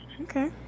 Okay